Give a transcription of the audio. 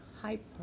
hyper